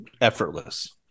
effortless